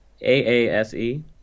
A-A-S-E